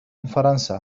فرنسا